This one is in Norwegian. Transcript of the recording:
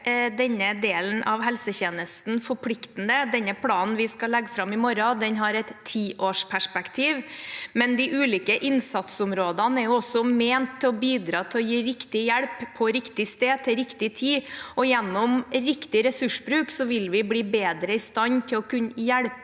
denne delen av helsetjenesten forpliktende – den planen vi skal legge fram i morgen, har et tiårsperspektiv – men også de ulike innsatsområdene som er ment å bidra til å gi riktig hjelp, på riktig sted og til riktig tid. Gjennom riktig ressursbruk vil vi bli bedre i stand til å kunne hjelpe